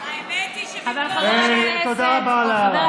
האמת היא, תודה רבה על ההערה.